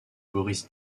boris